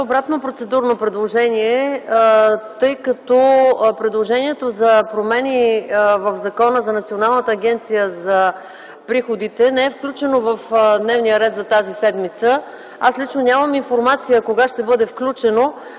обратно процедурно предложение, тъй като предложението за промени в Закона за Националната агенция за приходите не е включено в дневния ред за тази седмица. Аз лично нямам информация кога ще бъде включено.